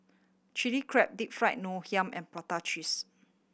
Chilli Crab Deep Fried Ngoh Hiang and prata cheese